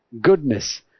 Goodness